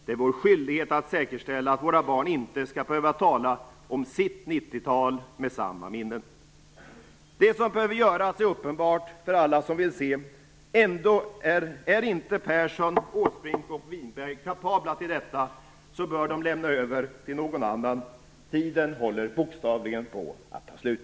Det är vår skyldighet att säkerställa att våra barn inte skall behöva tala om sitt 90-tal med samma minnen. Det som behöver göras är uppenbart för alla som vill se. Är inte Persson, Åsbrink och Winberg kapabla till detta bör de lämna över till någon annan. Tiden håller bokstavligen på att ta slut.